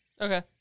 Okay